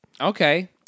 Okay